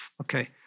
Okay